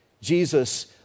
Jesus